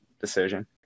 decision